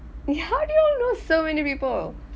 wait how do you all know so many people